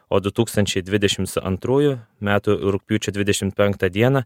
o du tūkstančiai dvidešims antrųjų metų rugpjūčio dvidešimt penktą dieną